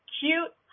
Cute